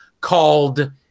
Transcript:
called